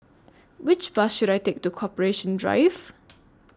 Which Bus should I Take to Corporation Drive